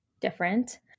different